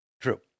true